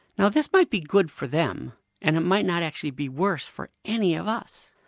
now this might be good for them and it might not actually be worse for any of us.